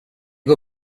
går